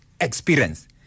experience